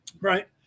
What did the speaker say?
right